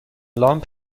لامپ